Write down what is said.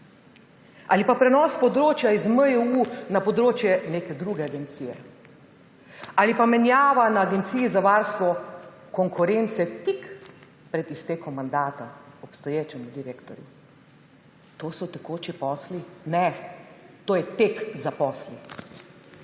Ali pa prenos področja iz MJU na področje neke druge agencije. Ali pa menjava na Agenciji za varstvo konkurence tik pred iztekom mandata obstoječemu direktorju. To so tekoči posli? Ne, to je tek za posli.